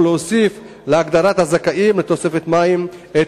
ולהוסיף להגדרת הזכאים לתוספת מים את